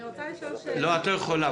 אני רוצה לצייר את תחילת השנה שתבוא.